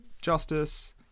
Justice